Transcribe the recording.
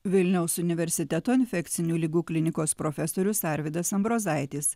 vilniaus universiteto infekcinių ligų klinikos profesorius arvydas ambrozaitis